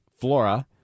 Flora